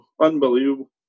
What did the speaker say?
Unbelievable